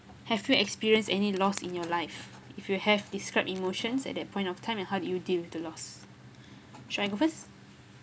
have you experienced any loss in your life if you have describe emotions at that point of time and how did you deal with the loss should I go first